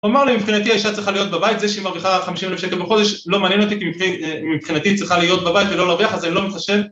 אמר לי מבחינתי האשה צריכה להיות בבית, זה שהיא מרוויחה 50,000 שקל בחודש, לא מעניין אותי כי מבחינתי היא צריכה להיות בבית ולא מרוויח אז אני לא מחשב